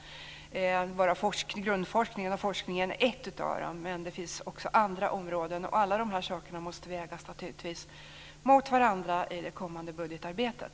Grundforskningen och forskningen är ett av dem. Det finns också andra områden. Alla dessa saker måste vägas mot varandra i det kommande budgetarbetet.